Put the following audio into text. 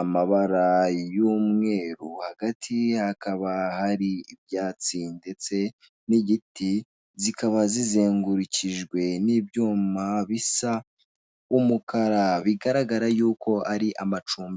amabara y'umweru hagati hakaba hari ibyatsi ndetse n'igiti zikaba zizengurukijwe n'ibyuma bisa umukara bigaragara yuko ari amacumbi.